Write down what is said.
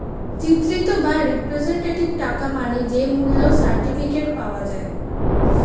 চিত্রিত বা রিপ্রেজেন্টেটিভ টাকা মানে যে মূল্য সার্টিফিকেট পাওয়া যায়